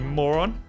moron